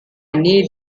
need